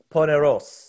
Poneros